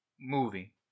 movie